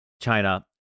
China